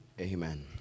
Amen